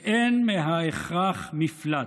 "ואין מההכרח מפלט.